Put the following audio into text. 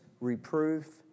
reproof